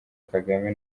kagame